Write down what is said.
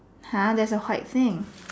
!huh! there's a white thing